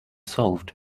solved